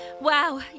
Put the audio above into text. Wow